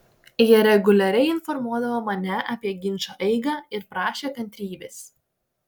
jie reguliariai informuodavo mane apie ginčo eigą ir prašė kantrybės